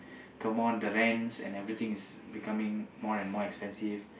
come on the rent's and everything is becoming more and more expensive